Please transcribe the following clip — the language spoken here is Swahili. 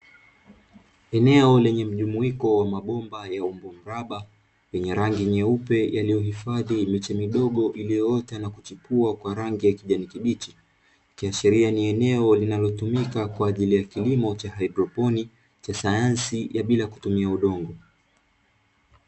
Eneo lenye mjumuiko wa mabomba ya umbo mraba yenye rangi nyeupe, yaliyohifadhi miche midogo iliyoota na kuchepua kwa rangi ya kijani kibichi, ikiashiria ni eneo linalotumika kwa ajili ya kilimo cha haidroponi cha sayansi ya bila kutumia udongo.